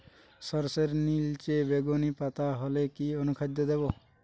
সরর্ষের নিলচে বেগুনি পাতা হলে কি অনুখাদ্য দেবো?